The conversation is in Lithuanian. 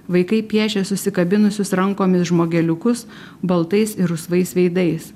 vaikai piešė susikabinusius rankomis žmogeliukus baltais ir rusvais veidais